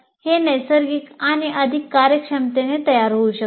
हे नैसर्गिक आणि अधिक कार्यक्षमतेने तयार होऊ शकते